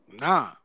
nah